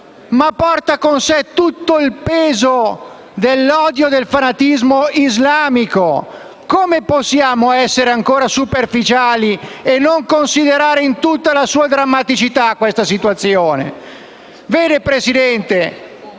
ma porta con sé tutto il peso dell'odio e del fanatismo islamico. Come possiamo essere ancora superficiali e non considerare in tutta la sua drammaticità questa situazione? Vede, signor